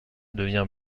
devient